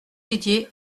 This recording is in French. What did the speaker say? didier